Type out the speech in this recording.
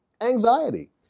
anxiety